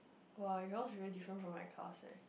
[wah] yours is very different from my class leh